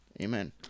Amen